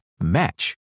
match